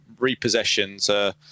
Repossessions